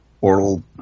oral